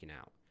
out